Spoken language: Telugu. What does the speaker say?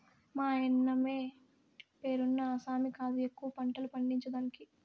మాయన్నమే పేరున్న ఆసామి కాదు ఎక్కువ పంటలు పండించేదానికి